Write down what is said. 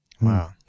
wow